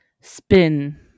Spin